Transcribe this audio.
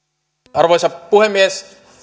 arvoisa puhemies